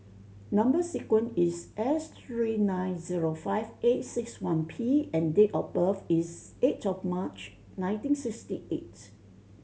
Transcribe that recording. number sequence is S three nine zero five eight six one P and date of birth is eight of March nineteen sixty eight